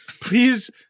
Please